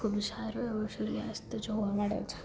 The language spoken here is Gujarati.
ખૂબ સારો એવો સૂર્યાસ્ત જોવા મળે છે